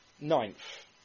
Ninth